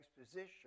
exposition